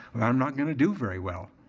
i'm not gonna do very well.